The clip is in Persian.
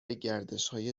گردشهای